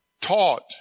taught